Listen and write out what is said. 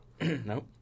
no